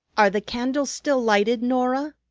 are the candles still lighted, norah?